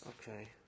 okay